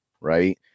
right